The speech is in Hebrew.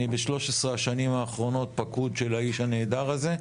אני ב-13 השנים האחרונות פקוד של האיש הנהדר הזה.